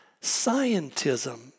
scientism